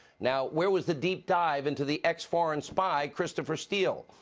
now, where was the deep dive into the ex-foreign spy, christopher steele?